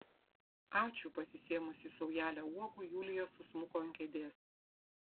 ačiū pasisėmusi saujelę uogų julija susmuko ant kėdės